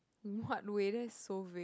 what way that so weird